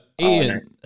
Ian